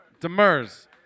Demers